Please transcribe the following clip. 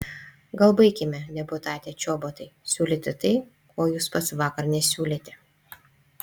gal baikime deputate čobotai siūlyti tai ko jūs pats vakar nesiūlėte